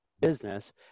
Business